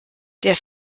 der